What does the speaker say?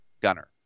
gunner